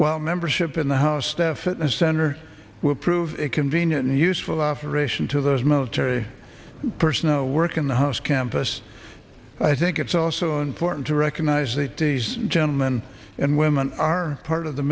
well membership in the house staff fitness center will prove it convenient and useful operation to those military personnel who work in the house campus i think it's also important to recognize that these gentlemen and women are part of the